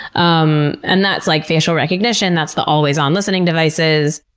um and that's, like, facial recognition, that's the always-on listening devices,